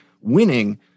winning